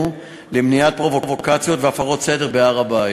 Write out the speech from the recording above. למניעת פרובוקציות והפרות סדר בהר-הבית.